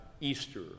Easter